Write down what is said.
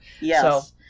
Yes